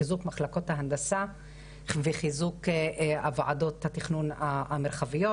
חיזוק מחלקות ההנדסה וחיזוק ועדות התכנון המרחביות,